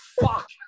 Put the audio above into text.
Fuck